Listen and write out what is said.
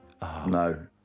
No